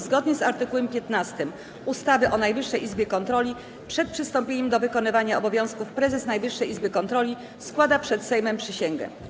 Zgodnie z art. 15 ustawy o Najwyższej Izbie Kontroli przed przystąpieniem do wykonywania obowiązków prezes Najwyższej Izby Kontroli składa przed Sejmem przysięgę.